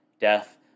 death